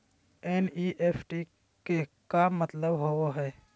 NEFT के का मतलव होव हई?